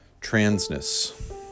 transness